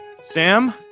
Sam